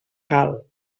cal